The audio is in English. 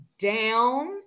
down